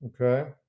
Okay